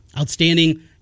Outstanding